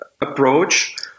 approach